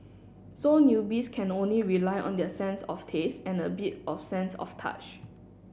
so newbies can only rely on their sense of taste and a bit of sense of touch